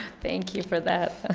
thank you for that. ah